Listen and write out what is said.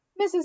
Mrs